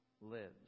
lives